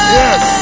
yes